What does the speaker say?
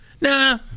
Nah